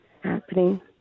happening